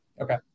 Okay